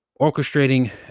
orchestrating